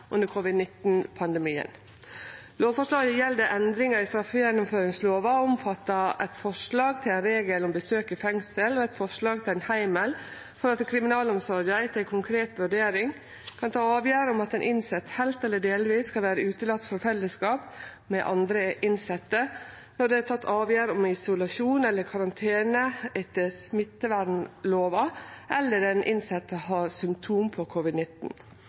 under covid-19-pandemien. Lovforslaget gjeld endringar i straffegjennomføringslova og omfattar eit forslag til ein regel om besøk i fengsel, og eit forslag til ein heimel for at kriminalomsorga etter ei konkret vurdering kan ta avgjerder om at ein innsett heilt eller delvis skal vere utelaten frå fellesskap med andre innsette når det er tatt avgjerd om isolasjon eller karantene etter smittevernlova, eller når den innsette har symptom på